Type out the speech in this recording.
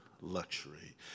luxury